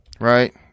right